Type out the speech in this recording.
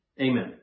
amen